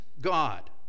God